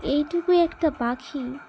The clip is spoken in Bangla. এইটুকু একটা পাখি